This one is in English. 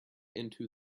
into